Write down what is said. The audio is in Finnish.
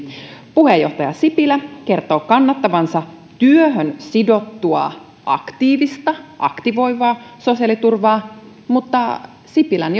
puheenjohtaja sipilä kertoo kannattavansa työhön sidottua aktiivista aktivoivaa sosiaaliturvaa mutta sipilän